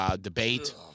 debate –